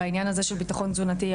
בעניין הזה של ביטחון תזונתי,